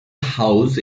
house